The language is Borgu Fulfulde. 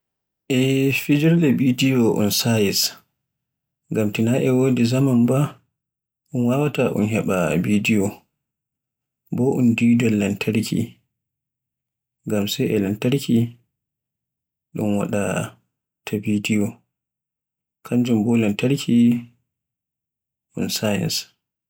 E fijirle bidiyo un sayis, ngam tina e wodi zaman ba, un wawaata un heba bidiyo, boo un didol lamtarki, ngam sai e lamtarki un wadaata bidiyo, kanjum bo lamtarki un sayis.